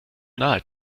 nahe